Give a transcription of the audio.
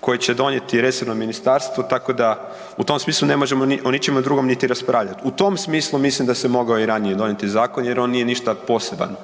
koje će donijeti resorno ministarstvo, tako da u tom smislu, ne možemo o ničem drugom niti raspravljati. U tom smislu, mislim da se mogao i ranije donijeti zakon jer on nije ništa poseban.